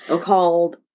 called